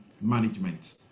Management